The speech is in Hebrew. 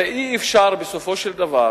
הרי אי-אפשר, בסופו של דבר,